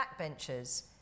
backbenchers